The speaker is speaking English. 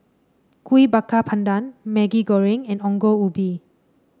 Kuih Bakar Pandan Maggi Goreng and Ongol Ubi